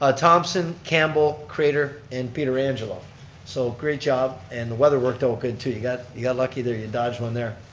ah thompson, campbell, craitor and pietrangelo, so great job. and the weather worked out good too. you got yeah lucky there, you dodged one there.